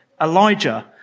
Elijah